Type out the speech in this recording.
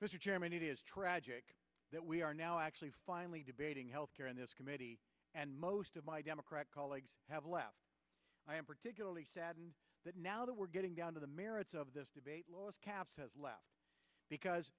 chairman it is tragic that we are now actually finally debating health care in this committee and most of my democrat colleagues have left i am particularly saddened that now that we're getting down to the merits of this debate caps has left because